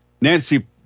Nancy